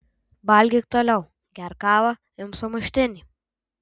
valgyk toliau gerk kavą imk sumuštinį